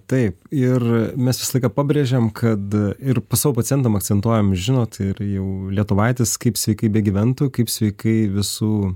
taip ir mes visą laiką pabrėžiam kad ir savo pacientam akcentuojam žinot ir jau lietuvaitis kaip sveikai begyventų kaip sveikai visų